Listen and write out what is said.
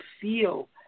feel